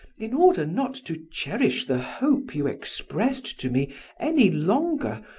in order not to cherish the hope you expressed to me any longer,